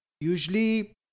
usually